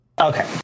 okay